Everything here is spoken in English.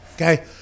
Okay